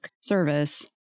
service